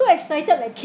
so excited like kids